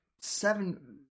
seven